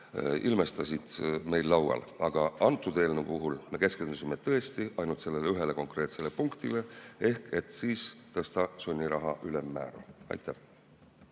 ilmestasid, meil laual. Aga antud eelnõu puhul me keskendusime tõesti ainult sellele ühele konkreetsele punktile ehk sellele, et tõsta sunniraha ülemmäära. Suur